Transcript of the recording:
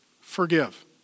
forgive